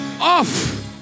off